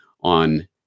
on